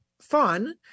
fun